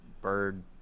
bird